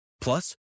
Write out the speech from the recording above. Plus